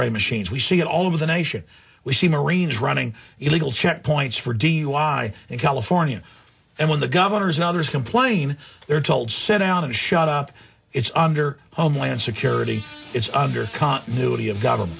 ray machines we see it all over the nation we see marines running illegal checkpoints for dui in california and when the governors in others complain they're told sent down and shut up it's under homeland security it's under continuity of go